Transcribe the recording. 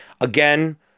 Again